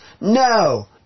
No